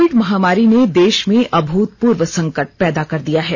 Covid महामारी ने देश में अभूतपूर्व संकट पैदा कर दिया है